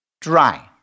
dry